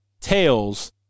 tails